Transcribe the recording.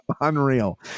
Unreal